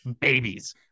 babies